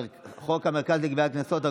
המרכז לגביית קנסות,